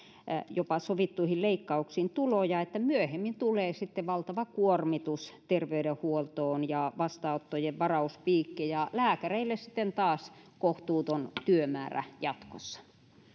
jopa sovittuihin leikkauksiin tuloja myöhemmin tulee sitten valtava kuormitus terveydenhuoltoon vastaanottojen varauspiikki ja lääkäreille sitten taas kohtuuton työmäärä jatkossa